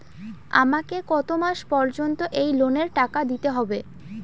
আমাকে কত মাস পর্যন্ত এই লোনের টাকা দিতে হবে?